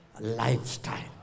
lifestyle